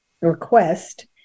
request